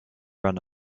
run